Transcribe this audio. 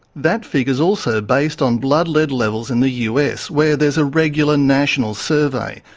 that figure's also based on blood lead levels in the us, where there's a regular national survey,